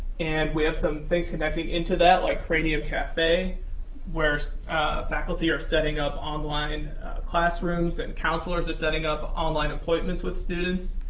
and we have some things connecting into that like cranium cafe where faculty are setting up online classrooms, and counselors are setting up online appointments with students.